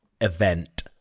event